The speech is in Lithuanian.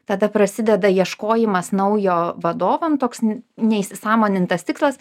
tada prasideda ieškojimas naujo vadovo nu toks neįsisąmonintas tikslas